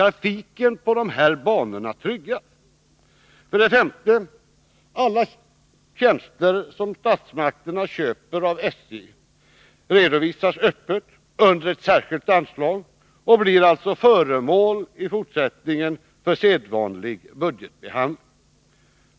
Trafiken på dessa banor tryggas. För det femte skall alla tjänster som statsmakterna köper av SJ redovisas öppet under ett särskilt anslag. De blir alltså i fortsättningen föremål för sedvanlig budgetbehandling.